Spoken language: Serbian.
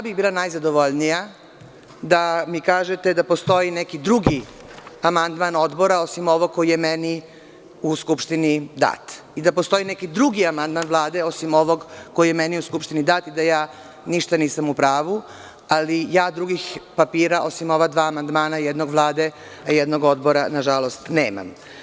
Bila bih najzadovoljnija da mi kažete da postoji neki drugi amandman Odbora, osim ovog, koji je meni u Skupštini dat i da postoji neki drugi amandman Vlade, osim ovog, koji je meni u Skupštini dat i da ja ništa nisam upravu, ali ja drugih papira, osim ova dva amandmana, jednog Vlade, a jednog Odbora, nažalost nemam.